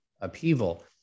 upheaval